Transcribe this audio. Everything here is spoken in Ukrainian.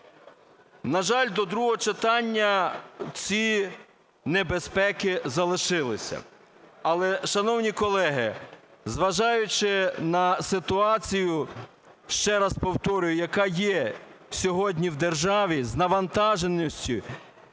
На жаль, до другого читання ці небезпеки залишилися, але, шановні колеги, зважаючи на ситуацію, ще раз повторюю, яка є сьогодні в державі, з навантаженістю